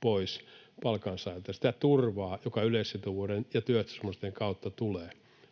pois palkansaajilta — sitä turvaa, joka yleissitovuuden ja työehtosopimusten kautta tulee.